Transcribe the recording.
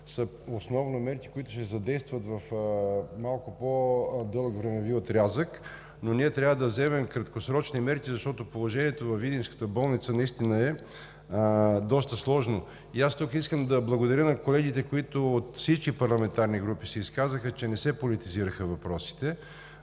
са основно мерки, които ще се задействат в малко по-дълъг времеви отрязък, но ние трябва да вземем краткосрочни мерки, защото положението във видинската болница наистина е доста сложно. Искам да благодаря на колегите от всички парламентарни групи, които се изказаха, че не се политизираха въпросите.